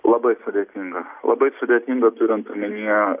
labai sudėtinga labai sudėtinga turint omenyje